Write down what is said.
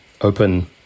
open